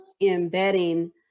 embedding